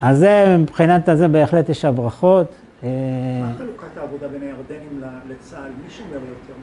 אז מבחינת זה בהחלט יש הברכות.